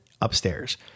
upstairs